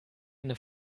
eine